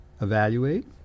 evaluate